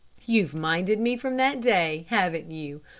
you've minded me from that day, haven't you?